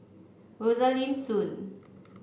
Rosaline Soon